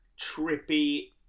trippy